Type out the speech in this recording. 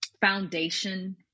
Foundation